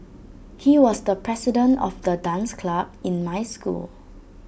he was the president of the dance club in my school